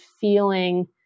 feeling